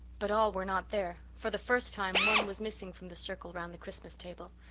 but all were not there for the first time one was missing from the circle round the christmas table.